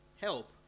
help